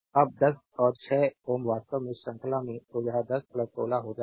अब 10 और 6Ω वास्तव में श्रृंखला में तो यह 10 16 हो जाएगा